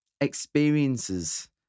experiences